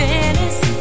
Venice